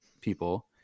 people